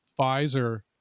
Pfizer